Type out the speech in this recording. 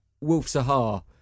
Wolf-Sahar